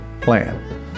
plan